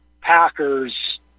packers